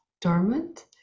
dormant